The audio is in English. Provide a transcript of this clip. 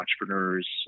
entrepreneurs